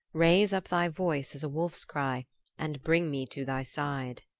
raise up thy voice as a wolf's cry and bring me to thy side.